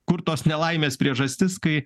kur tos nelaimės priežastis kai